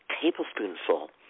tablespoonful